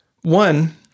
One